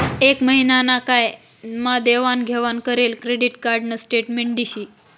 एक महिना ना काय मा देवाण घेवाण करेल क्रेडिट कार्ड न स्टेटमेंट दिशी